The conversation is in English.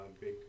big